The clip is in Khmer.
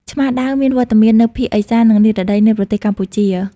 ឆ្មាដាវមានវត្តមាននៅភាគឦសាន និងនិរតីនៃប្រទេសកម្ពុជា។